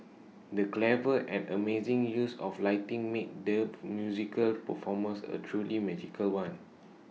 the clever and amazing use of lighting made their musical performance A truly magical one